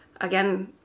again